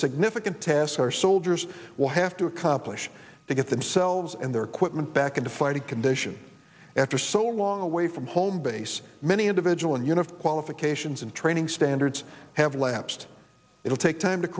significant tasks our soldiers will have to accomplish to get themselves and their equipment back into fighting condition after so long away from home base many individual and unified qualifications and training standards have lapsed it'll take time to